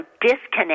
disconnect